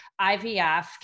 IVF